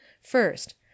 First